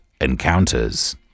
Encounters